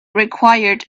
required